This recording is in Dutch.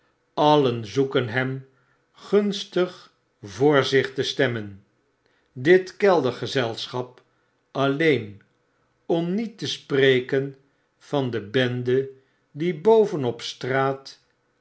alien zoeken hem gunstig voor zich te stemmen dit kelder gezelsclmp alleeri om niet te spreken van de bende die boven op straat